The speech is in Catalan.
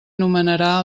nomenarà